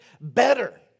better